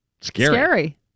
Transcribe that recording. scary